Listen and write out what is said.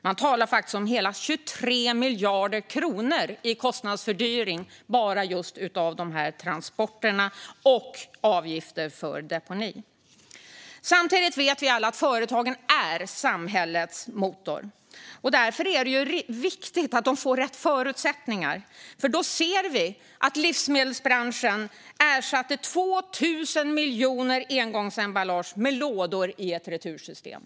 Man talar om hela 23 miljarder kronor i kostnadsfördyring bara för dessa transporter och avgifter för deponi. Samtidigt vet vi alla att företagen är samhällets motor. Därför är det viktigt att de får rätt förutsättningar. Vi kan då se att livsmedelsbranschen ersatte 2 000 miljoner engångsemballage med lådor i ett resurssystem.